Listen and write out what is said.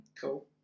Cool